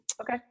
Okay